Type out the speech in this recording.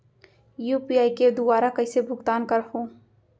UPI के दुवारा कइसे भुगतान करहों?